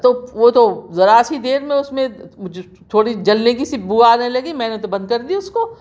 تو وہ تو ذرا سی دیر میں اُس میں تھوڑی جلنے کی سی بو آنے لگی میں نے تو بند کر دی اُس کو